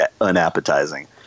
unappetizing